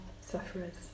sufferers